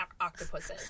octopuses